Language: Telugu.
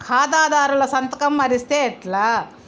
ఖాతాదారుల సంతకం మరిస్తే ఎట్లా?